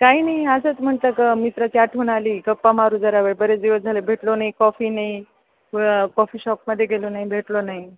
काही नाही असंच म्हटलं का मित्राची आठवण आली गप्पा मारू जरा वेळ बरेच दिवस झालं भेटलो नाही कॉफी नाही कॉफी शॉपमध्ये गेलो नाही भेटलो नाही